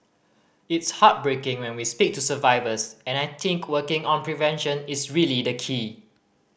it's heartbreaking when we speak to survivors and I think working on prevention is really the key